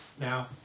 now